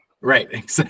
Right